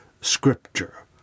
scripture